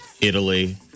Italy